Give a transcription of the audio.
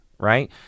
right